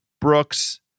Brooks